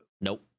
Nope